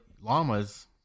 llamas